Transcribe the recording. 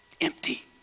Empty